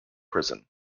prison